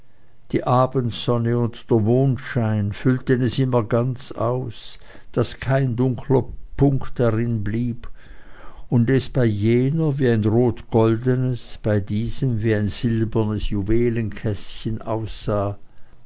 die abendsonne und der mondschein füllten es immer ganz aus daß kein dunkler punkt darin blieb und es bei jener wie ein rotgoldenes bei diesem wie ein silbernes juwelenkästchen aussah